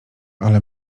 ale